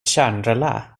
kärnrelä